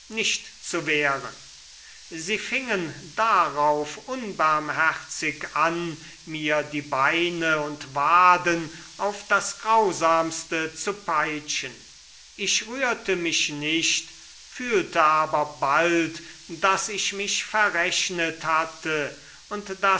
nicht zu wehren sie fingen darauf unbarmherzig an mir die beine und waden auf das grausamste zu peitschen ich rührte mich nicht fühlte aber bald daß ich mich verrechnet hatte und